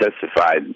testified